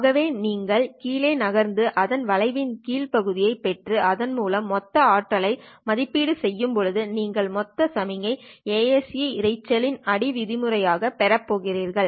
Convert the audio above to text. ஆகவே நீங்கள் கீழே நகர்ந்து அதன் வளைவின் கீழ் பகுதியைப் பெற்று அதன் மூலம் மொத்த ஆற்றலை மதிப்பீடு செய்யும்போது நீங்கள் மொத்த சமிக்ஞை ASE இரைச்சல்யின் அடி விதிமுறை ஆக பெறப் போகிறீர்கள்